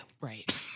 Right